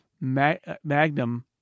Magnum